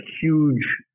huge